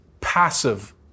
passive